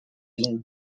been